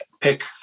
pick